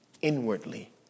inwardly